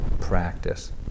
practice